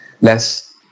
less